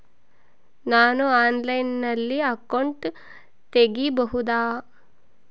ನಾನು ಆನ್ಲೈನಲ್ಲಿ ಅಕೌಂಟ್ ತೆಗಿಬಹುದಾ?